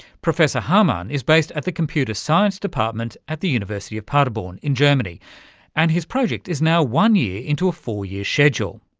professor hamann is based at the computer science department at the university of paderborn in germany and his project is now one year into a four-year schedule.